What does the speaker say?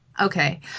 okay